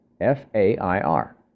F-A-I-R